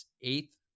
eighth